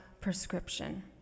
prescription